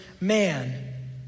man